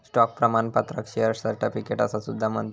stock प्रमाणपत्राक share certificate असा सुद्धा म्हणतत